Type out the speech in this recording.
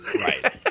right